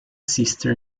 sister